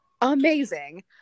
amazing